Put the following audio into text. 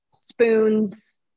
spoons